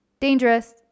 Dangerous